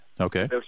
Okay